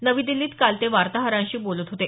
नवी दिल्लीत काल ते वार्ताहरांशी बोलत होते